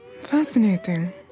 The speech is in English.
Fascinating